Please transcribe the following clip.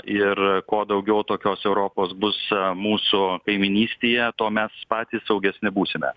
ir kuo daugiau tokios europos bus mūsų kaimynystėje tuo mes patys saugesni būsime